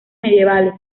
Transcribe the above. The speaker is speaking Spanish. medievales